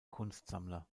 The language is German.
kunstsammler